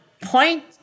point